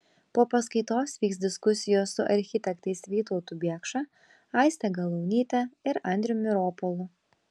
po paskaitos vyks diskusijos su architektais vytautu biekša aiste galaunyte ir andriumi ropolu